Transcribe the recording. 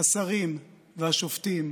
השרים והשופטים,